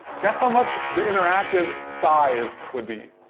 guess how much the interactive size would be.